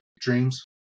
dreams